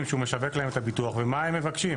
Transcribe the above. שהוא משווק להם את הביטוח ומה הם מבקשים.